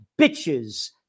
bitches